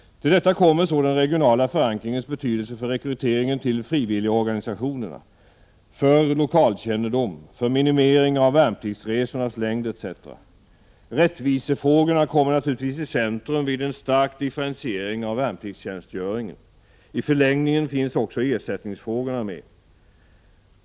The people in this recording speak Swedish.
Till detta kommer så den regionala förankringens betydelse för rekryteringen till frivilligorganisationerna, för lokalkännedom, för minimering av värnpliktsresornas längd etc. Rättvisefrågorna kommer naturligtvis i centrum vid en stark differentiering av värnpliktstjänstgöringen. I förlängningen finns också ersättningsfrågorna med.